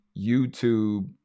YouTube